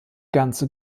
ganze